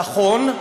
נכון,